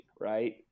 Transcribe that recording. right